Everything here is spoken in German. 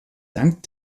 dank